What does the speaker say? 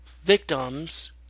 victims